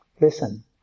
Listen